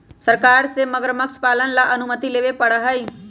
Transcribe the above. सरकार से मगरमच्छ पालन ला अनुमति लेवे पडड़ा हई